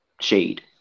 shade